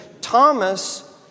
Thomas